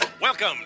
Welcome